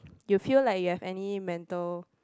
you feel like you have any mental